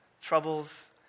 troubles